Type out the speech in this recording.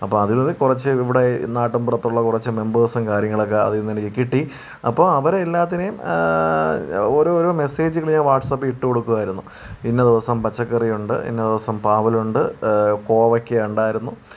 അപ്പം അതിൽ നിന്ന് കുറച്ച് ഇവിടെ നാട്ടുമ്പുറത്തുള്ള കുറച്ച് മെമ്പേഴ്സും കാര്യങ്ങളൊക്കെ അതിൽ നിന്നെനിക്ക് കിട്ടി അപ്പോൾ അവരെ എല്ലാത്തിനേയും ഓരോരോ മെസ്സേജുകൾ ഞാൻ വാട്സ്ആപ്പിൽ ഇട്ടു കൊടുക്കുകയായിരുന്നു ഇന്ന ദിവസം പച്ചക്കറിയുണ്ട് ഇന്ന ദിവസം പാവലുണ്ട് കോവക്കെ ഉണ്ടായിരുന്നു